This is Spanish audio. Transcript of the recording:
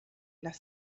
las